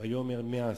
ויאמר מה עשית,